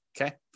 okay